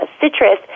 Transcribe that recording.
citrus